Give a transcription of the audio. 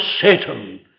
Satan